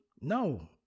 No